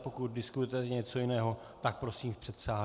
Pokud diskutujete něco jiného, tak prosím v předsálí.